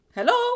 Hello